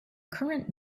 current